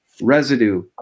residue